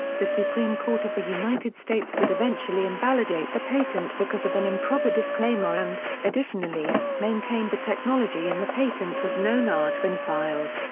the supreme court of the united states would eventually invalidate the patent because of an improper disclaimer and, additionally, maintained the technology in the patent was known art when filed.